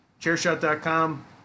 chairshot.com